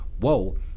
whoa